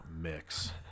mix